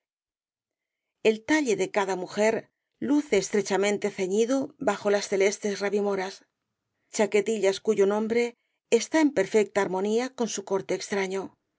el talle de cada mujer luce estrechamente ceñido bajo las celestes ravi moras chaquetillas cuyo nombre está en perfecta armonía con su corte extraño